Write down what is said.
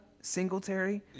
Singletary